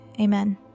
amen